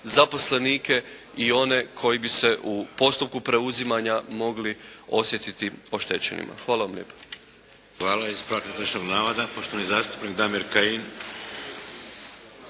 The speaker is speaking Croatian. zaposlenike i one koji bi se u postupku preuzimanja mogli osjetiti oštećenima. Hvala vam lijepo. **Šeks, Vladimir (HDZ)** Hvala. Ispravak netočnog navoda poštovani zastupnik Damir Kajin.